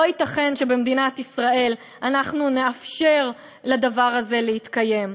לא ייתכן שבמדינת ישראל אנחנו נאפשר לדבר הזה להתקיים.